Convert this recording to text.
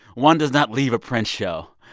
one does not leave a prince show.